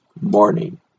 morning